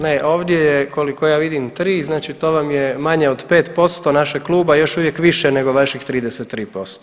Ne, ovdje je koliko ja vidim 3 znači to vam je manje od 5% našeg kluba još uvijek više nego vaših 33%